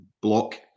block